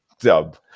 dub